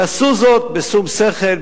ועשו זאת בשום שכל,